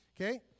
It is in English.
Okay